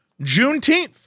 Juneteenth